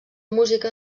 música